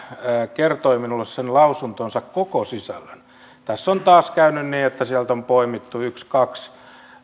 kertoi minulle sen lausuntonsa koko sisällön tässä on taas käynyt niin että sieltä on poimittu yksi kaksi